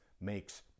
makes